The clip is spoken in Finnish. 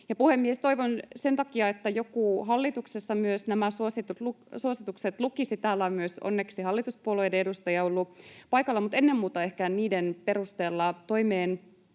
toivon, että joku hallituksessa myös nämä suositukset lukisi — täällä on myös onneksi hallituspuolueiden edustajia ollut paikalla — mutta ennen muuta ehkä niiden perusteella toimeen